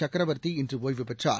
சக்ரவர்த்தி இன்று ஒய்வு பெற்றார்